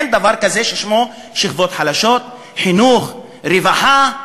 אין דבר כזה ששמו שכבות חלשות, חינוך, רווחה.